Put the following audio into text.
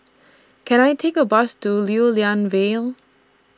Can I Take A Bus to Lew Lian Vale